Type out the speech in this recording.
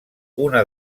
una